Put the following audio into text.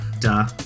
duh